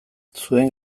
zuen